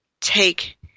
take